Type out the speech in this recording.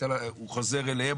הוא חוזר אליהם,